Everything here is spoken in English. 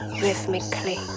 rhythmically